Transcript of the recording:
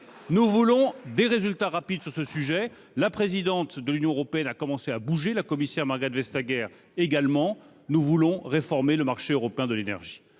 Nous voulons des résultats rapides sur ce sujet. La présidente de la Commission européenne a commencé à bouger, la commissaire Margrethe Vestager également. Nous voulons réformer le marché européen de l'énergie.